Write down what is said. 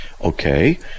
Okay